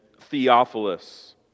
Theophilus